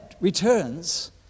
returns